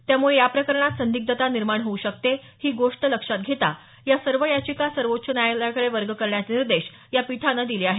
त्यामुळे या प्रकरणात संदिग्धता निर्माण होऊ शकते ही गोष्ट लक्षात घेता या सर्व याचिका सर्वोच्च न्यायालयाकडे वर्ग करण्याचे निर्देश या पीठानं दिले आहेत